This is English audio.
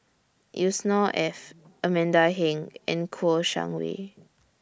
Yusnor Ef Amanda Heng and Kouo Shang Wei